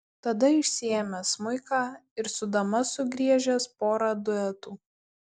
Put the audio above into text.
tada išsiėmęs smuiką ir su dama sugriežęs porą duetų